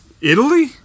Italy